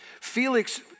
Felix